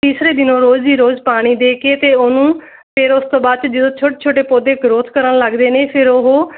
ਤੀਸਰੇ ਦਿਨ ਰੋਜ਼ ਦੀ ਰੋਜ਼ ਪਾਣੀ ਦੇ ਕੇ ਅਤੇ ਉਹਨੂੰ ਫਿਰ ਉਸ ਤੋਂ ਬਾਅਦ 'ਚ ਜਦੋਂ ਛੋਟੇ ਛੋਟੇ ਪੌਦੇ ਗ੍ਰੋਥ ਕਰਨ ਲਗਦੇ ਨੇ ਫਿਰ ਉਹ